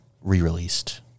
re-released